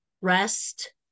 rest